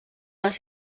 les